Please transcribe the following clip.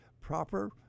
proper